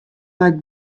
leit